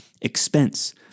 expense